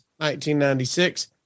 1996